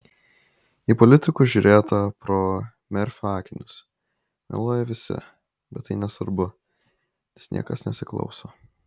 į politikus žiūrėta pro merfio akinius meluoja visi bet tai nesvarbu nes niekas nesiklauso